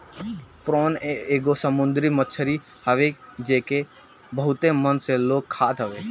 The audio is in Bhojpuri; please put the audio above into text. प्रोन एगो समुंदरी मछरी हवे जेके बहुते मन से लोग खात हवे